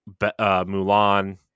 mulan